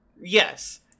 Yes